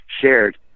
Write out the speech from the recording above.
shared